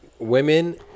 Women